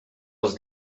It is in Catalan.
als